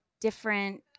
different